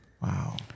Wow